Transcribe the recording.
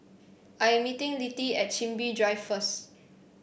I am meeting Littie at Chin Bee Drive first